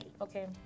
okay